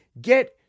get